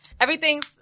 Everything's